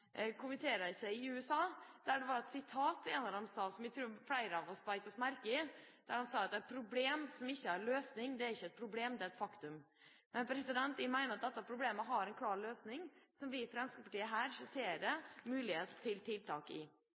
i USA. Der ble det sagt noe som jeg tror flere av oss bet oss merke i. Man sa at et problem som ikke har en løsning, er ikke et problem, det er et faktum. Men jeg mener at dette problemet har en klar løsning som vi i Fremskrittspartiet her skisserer mulige tiltak i forhold til. Mye av utfordringen i